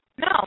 No